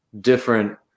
different